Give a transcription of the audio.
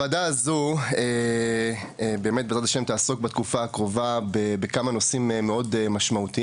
הוועדה הזו בעזרת ה' תעסוק בתקופה הקרובה בכמה נושאים משמעותיים,